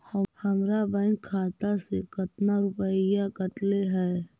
हमरा बैंक खाता से कतना रूपैया कटले है?